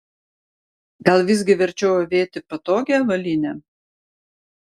gal visgi verčiau avėti patogią avalynę